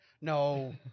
no